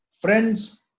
friends